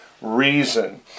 reason